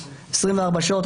ב-24 שעות.